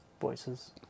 voices